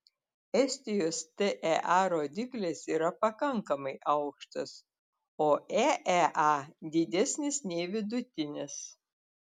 estijos tea rodiklis yra pakankamai aukštas o eea didesnis nei vidutinis